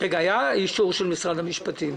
היה אישור של משרד המשפטים.